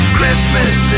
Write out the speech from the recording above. Christmas